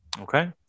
Okay